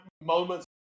moments